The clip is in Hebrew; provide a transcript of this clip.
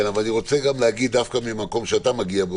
אני רוצה להגיד דווקא מהמקום שאתה מגיע ממנו,